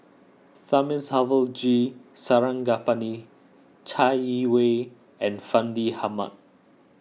Thamizhavel G Sarangapani Chai Yee Wei and Fandi Ahmad